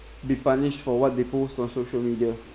be punished for what they post on social media